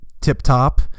tip-top